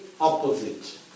opposite